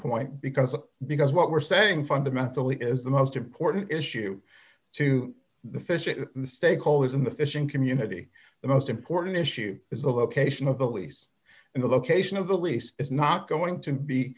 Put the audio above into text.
point because because what we're saying fundamentally is the most important issue to the fishing stakeholders in the fishing community the most important issue is the location of the lease and the location of the lease is not going to be